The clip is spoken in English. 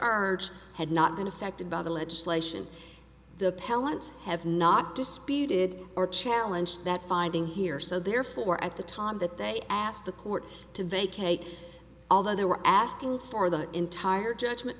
are had not been affected by the legislation the pellets have not disputed or challenge that finding here so therefore at the time that they asked the court to vacate although they were asking for the entire judgment